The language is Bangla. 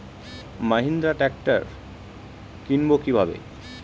মাহিন্দ্রা ট্র্যাক্টর কিনবো কি ভাবে?